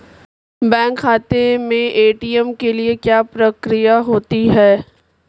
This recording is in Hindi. बैंक खाते में ए.टी.एम के लिए क्या प्रक्रिया होती है?